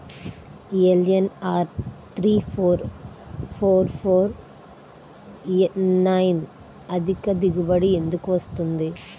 LNR three four four four nine అధిక దిగుబడి ఎందుకు వస్తుంది?